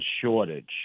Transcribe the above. shortage